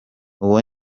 uwo